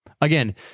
Again